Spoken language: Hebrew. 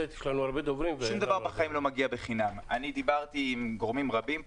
אני דיברתי עם גורמים רבים פה,